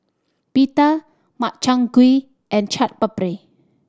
Pita Makchang Gui and Chaat Papri